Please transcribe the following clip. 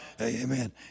Amen